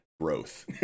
Growth